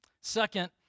Second